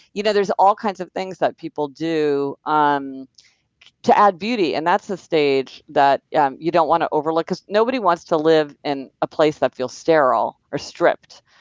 you know there's all kinds of things that people do um to add beauty, and that's a stage that yeah you don't want to overlook because nobody wants to live in a place that feels sterile or stripped,